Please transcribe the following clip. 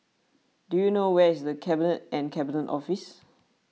do you know where is the Cabinet and Cabinet Office